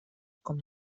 com